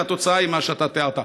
והתוצאה היא מה שאתה תיארת.